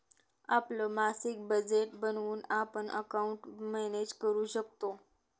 आपलं मासिक बजेट बनवून आपण अकाउंट मॅनेज करू शकतो